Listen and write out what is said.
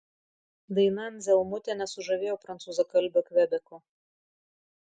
daina anzelmutė nesužavėjo prancūzakalbio kvebeko